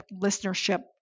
listenership